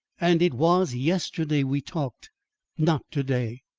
and it was yesterday we talked not to-day.